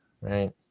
Right